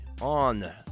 on